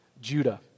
Judah